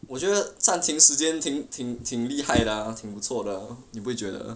我觉得暂停时间停挺挺厉害的挺不错的你不会觉得